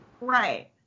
Right